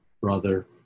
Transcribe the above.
brother